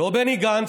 לא בני גנץ,